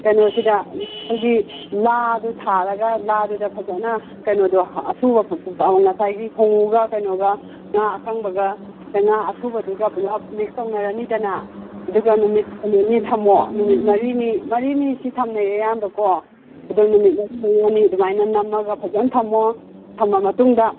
ꯀꯩꯅꯣꯁꯤꯗ ꯑꯩꯈꯣꯏꯒꯤ ꯂꯥꯗꯨ ꯊꯥꯔꯒ ꯂꯥꯗꯨꯗ ꯐꯖꯅ ꯀꯩꯅꯣꯗꯣ ꯑꯁꯨꯕ ꯉꯁꯥꯏꯒꯤ ꯍꯣꯡꯉꯨꯒ ꯀꯩꯅꯣꯒ ꯉꯥ ꯑꯀꯪꯕꯒ ꯑꯩꯈꯣꯏ ꯉꯥ ꯑꯁꯨꯕꯗꯨꯒ ꯄꯨꯂꯞ ꯃꯤꯛꯁ ꯇꯧꯅꯔꯅꯤꯗꯅ ꯑꯗꯨꯒ ꯅꯨꯃꯤꯠ ꯃꯔꯤꯅꯤ ꯊꯝꯃꯣ ꯅꯨꯃꯤꯠ ꯃꯔꯤꯅꯤ ꯃꯔꯤꯅꯤꯁꯤ ꯊꯝꯅꯩ ꯑꯌꯥꯝꯕꯀꯣ ꯑꯗꯣ ꯅꯨꯃꯤꯠ ꯃꯔꯤ ꯃꯉꯥꯅꯤ ꯑꯗꯨꯃꯥꯏꯅ ꯅꯝꯃꯒ ꯐꯖꯅ ꯊꯝꯃꯣ ꯊꯝꯂ ꯃꯇꯨꯡꯗ